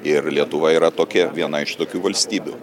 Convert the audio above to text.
ir lietuva yra tokie viena iš tokių valstybių